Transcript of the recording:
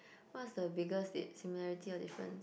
what is the biggest date similarity or difference